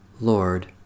Lord